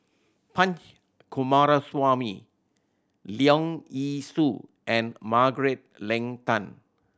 Punch Coomaraswamy Leong Yee Soo and Margaret Leng Tan